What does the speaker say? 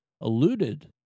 alluded